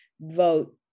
vote